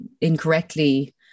incorrectly